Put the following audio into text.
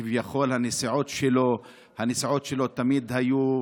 שכביכול הנסיעות שלו תמיד היו,